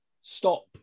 stop